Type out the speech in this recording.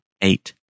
eight